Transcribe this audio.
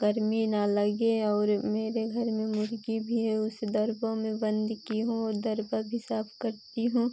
गर्मी ना लगे और मेरे घर में मुर्ग़ी भी है उसे दरबों में बंद की हूँ वो दरबा भी साफ करती हूँ